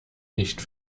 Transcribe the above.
nicht